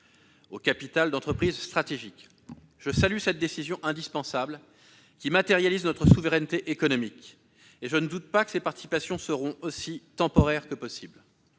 au capital d'entreprises stratégiques. Je salue cette décision indispensable qui matérialise notre souveraineté économique, et je ne doute pas que ces participations seront aussi temporaires que possible.